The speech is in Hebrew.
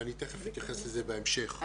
ואני תיכף אתייחס לזה בהמשך.